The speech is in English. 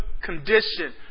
condition